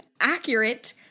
accurate